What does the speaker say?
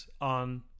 on